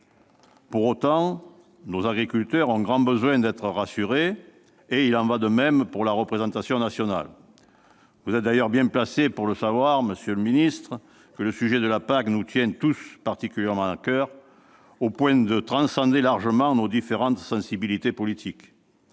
Pour autant, nos agriculteurs ont grand besoin d'être rassurés. Il en va de même pour la représentation nationale. Vous êtes d'ailleurs bien placé pour savoir, monsieur le ministre, que le sujet de la PAC nous tient tous particulièrement à coeur, au point de transcender largement nos différentes sensibilités politiques.